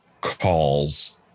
calls